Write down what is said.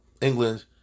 England